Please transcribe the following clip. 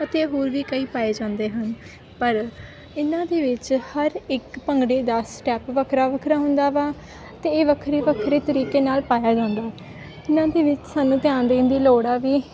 ਅਤੇ ਹੋਰ ਵੀ ਕਈ ਪਾਏ ਜਾਂਦੇ ਹਨ ਪਰ ਇਹਨਾਂ ਦੇ ਵਿੱਚ ਹਰ ਇੱਕ ਭੰਗੜੇ ਦਾ ਸਟੈਪ ਵੱਖਰਾ ਵੱਖਰਾ ਹੁੰਦਾ ਵਾ ਅਤੇ ਇਹ ਵੱਖਰੇ ਵੱਖਰੇ ਤਰੀਕੇ ਨਾਲ ਪਾਇਆ ਜਾਂਦਾ ਇਹਨਾਂ ਦੇ ਵਿੱਚ ਸਾਨੂੰ ਧਿਆਨ ਦੇਣ ਦੀ ਲੋੜ ਆ ਵੀ